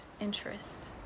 interest